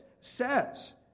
says